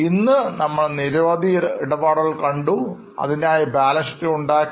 ഇന്നു നമ്മൾ നിരവധി ഇടപാടുകൾ കണ്ടു അതിനായി ബാലൻസ് ഷീറ്റുകൾ ഉണ്ടാക്കി